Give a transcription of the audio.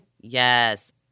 Yes